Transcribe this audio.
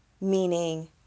meaning